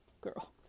girl